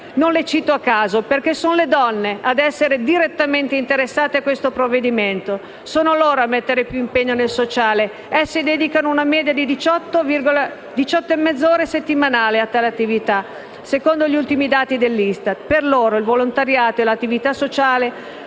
donne. Le cito non a caso, perché sono le donne ad essere direttamente interessate a questo provvedimento. Sono loro a mettere più impegno nel sociale. Esse dedicano una media di 18,5 ore settimanali a tale attività, secondo gli ultimi dati dell'ISTAT. Per loro il volontariato e l'attività sociale